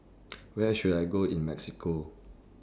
Where should I Go in Mexico